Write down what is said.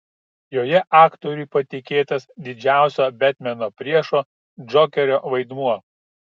joje aktoriui patikėtas didžiausio betmeno priešo džokerio vaidmuo